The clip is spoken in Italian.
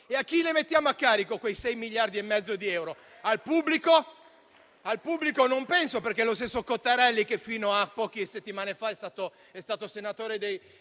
A chi mettiamo a carico quei 6,5 miliardi di euro? Al pubblico? Non penso, perché lo stesso Cottarelli, che fino a poche settimane fa è stato senatore del